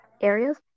areas